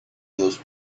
those